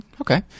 okay